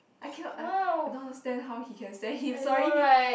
I cannot I I don't understand how he can stand him sorry